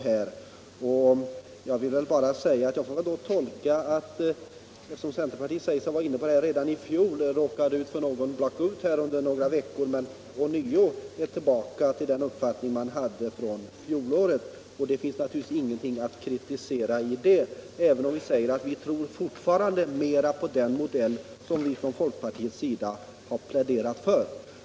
Centerpartiet säger sig ha varit inne på detta redan i fjol och har tydligen råkat ut för någon sorts black-out här under några veckor men är ånyo tillbaka vid den uppfattning man hade i fjol. Det finns naturligtvis ingenting att kritisera i det, även om vi säger att vi fortfarande tror mera på den modell som vi från folkpartiets sida har pläderat för.